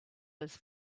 this